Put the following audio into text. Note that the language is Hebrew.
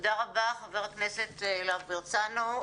תודה רבה חה"כ להב-הרצנו.